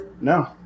No